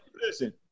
Listen